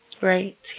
Right